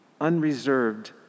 unreserved